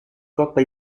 coppa